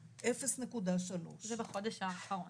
0.3%. זה בחודש האחרון.